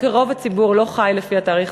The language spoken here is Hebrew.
רוב הציבור לא חי לפי התאריך